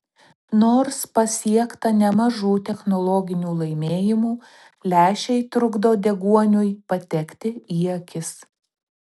nors pasiekta nemažų technologinių laimėjimų lęšiai trukdo deguoniui patekti į akis